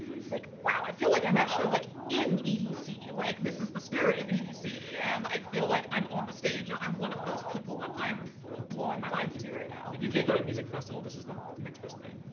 it's like, wow, i feel like i'm actually like, in edc. like, this is the spirit of edc, and i feel like, i'm on the stage, and i'm one of those people that i'm blowing my minds to right now. if you can't go to a music festival, this is the next best thing,